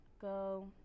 go